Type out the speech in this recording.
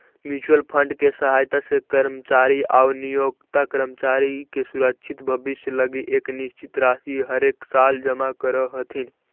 mutual fund के सहायता से कर्मचारी आउ नियोक्ता कर्मचारी के सुरक्षित भविष्य लगी एक निश्चित राशि हरेकसाल जमा करऽ हथिन